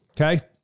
Okay